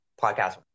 podcast